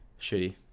Shitty